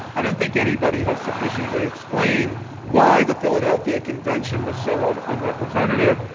i don't think anybody has sufficiently explained why the philadelphia convention was so ah but unrepresentative,